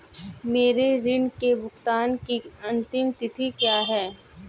मेरे ऋण के भुगतान की अंतिम तिथि क्या है?